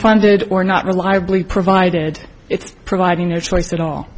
funded or not reliably provided it's providing no choice at all